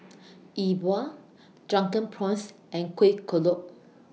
E Bua Drunken Prawns and Kuih Kodok